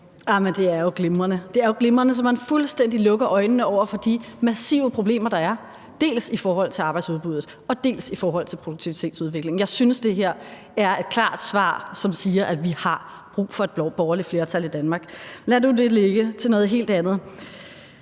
Det er jo glimrende, at man fuldstændig lukker øjnene over for de massive problemer, der er, dels i forhold til arbejdsudbuddet, dels i forhold til produktivitetsudviklingen. Jeg synes, det her er et klart svar, som siger, at vi har brug for et borgerligt flertal i Danmark. Lad nu det ligge. Til noget helt andet: